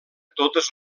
totes